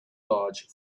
large